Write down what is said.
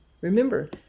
Remember